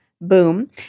Boom